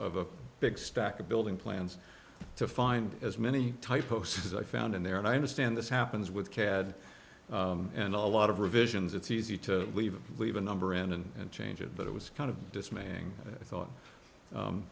of a big stack of building plans to find as many typos as i found in there and i understand this happens with cad and a lot of revisions it's easy to leave leave a number in and change it but it was kind of dismaying